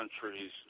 countries